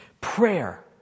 Prayer